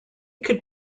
could